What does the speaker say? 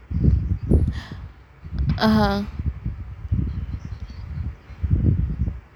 (uh huh)